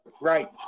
Right